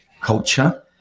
culture